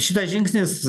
šitas žingsnis